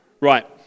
Right